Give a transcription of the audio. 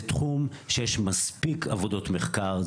זה תחום שיש מספיק עבודות מחקר עליו.